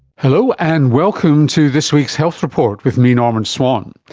hello, and welcome to this week's health report with me, norman swan.